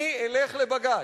אני אלך לבג"ץ.